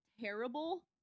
terrible